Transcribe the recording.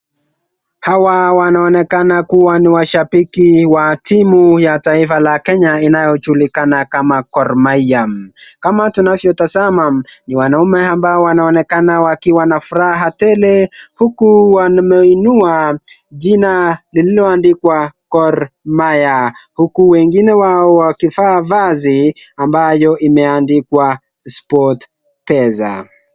Hawa wanaonekana kuwa ni washabiki wa timu ya taifa la Kenya inayojulikana kama Gor Mahia kama tunavyotazama ni wanaume wanaonekana kuwa na furaha tele huku wakiinua jina lililoandikwa Gor Mahia huku wengine wao wakivaa vazi ambayo imeandikwa Sportpesa.